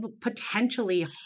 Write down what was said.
potentially